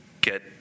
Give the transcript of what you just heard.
get